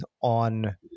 on